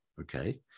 okay